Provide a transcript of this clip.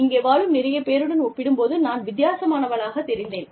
இங்கே வாழும் நிறைய பேருடன் ஒப்பிடும் போது நான் வித்தியாசமானவளாகத் தெரிந்தேன்